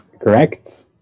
Correct